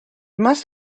must